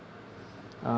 uh